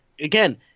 Again